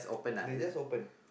they just open